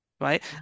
right